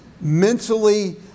mentally